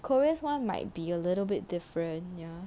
korea one might be a little bit different ya